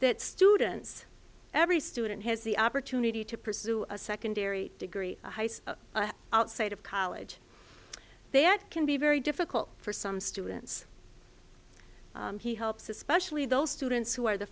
that students every student has the opportunity to pursue a secondary degree outside of college they at can be very difficult for some students he helps especially those students who are the